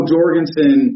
Jorgensen